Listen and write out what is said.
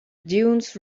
dunes